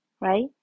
right